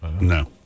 no